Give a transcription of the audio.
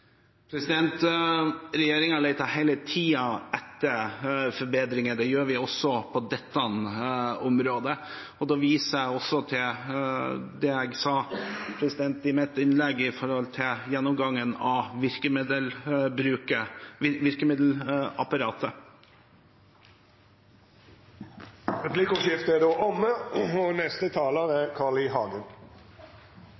etter forbedringer, og det gjør vi også på dette området. Jeg vil også vise til det jeg sa i mitt innlegg om gjennomgangen av virkemiddelapparatet. Replikkordskiftet er omme. Som saksordføreren nevnte, har jeg det mine komitékollegaer omtaler som en sær særmerknad, og